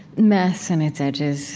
mess and its edges